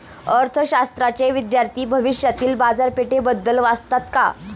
अर्थशास्त्राचे विद्यार्थी भविष्यातील बाजारपेठेबद्दल वाचतात का?